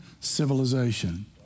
civilization